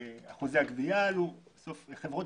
שאחוזי הגבייה עלו מאז 2002 והשימוש בחברות